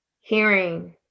hearing